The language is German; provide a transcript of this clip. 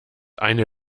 eine